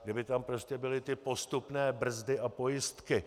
Kdyby tam prostě byly ty postupné brzdy a pojistky.